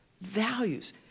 values